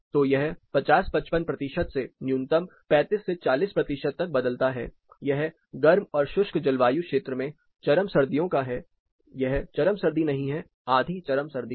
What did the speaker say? तो यह 50 55 प्रतिशत से न्यूनतम 35 से 40 प्रतिशत तक बदलता है यह गर्म और शुष्क जलवायु क्षेत्र में चरम सर्दियों का है यह चरम सर्दी नहीं है आधी चरम सर्दी है